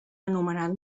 anomenat